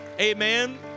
Amen